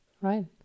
Right